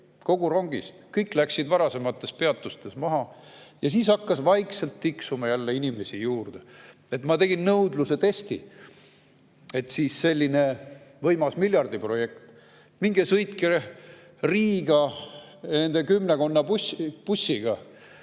Kogu rongist! Kõik läksid varasemates peatustes maha ja siis hakkas vaikselt tiksuma jälle inimesi juurde. Ma tegin nõudluse testi – et siis selline võimas miljardiprojekt. Minge sõitke Riiga nende kümmekonna bussiga,